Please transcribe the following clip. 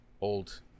old